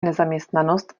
nezaměstnanost